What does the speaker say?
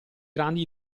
grandi